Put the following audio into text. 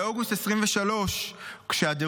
באוגוסט 2023,